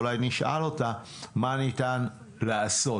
אולי נשאל אותה מה ניתן לעשות,